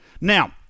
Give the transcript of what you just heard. Now